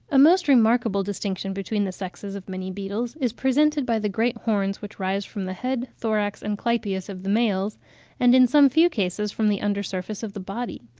a most remarkable distinction between the sexes of many beetles is presented by the great horns which rise from the head, thorax, and clypeus of the males and in some few cases from the under surface of the body.